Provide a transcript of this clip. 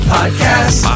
Podcast